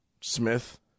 Smith